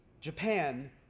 Japan